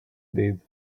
did